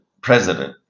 president